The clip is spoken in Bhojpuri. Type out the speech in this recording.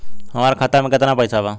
हमार खाता मे केतना पैसा बा?